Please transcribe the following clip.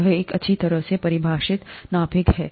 यह एक अच्छी तरह से परिभाषित नाभिक है